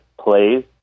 plays